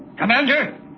Commander